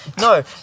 No